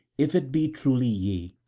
if it be truly ye,